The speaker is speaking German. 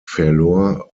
verlor